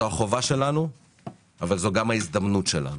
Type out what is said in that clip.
זו החובה שלנו אבל זו גם ההזדמנות שלנו,